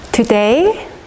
Today